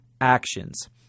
actions